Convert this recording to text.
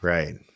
Right